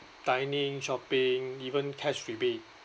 dining shopping even cash rebate